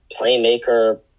playmaker